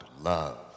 love